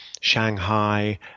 Shanghai